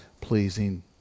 pleasing